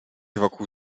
wokół